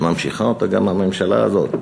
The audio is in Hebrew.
שממשיכה אותה גם הממשלה הזאת,